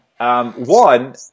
One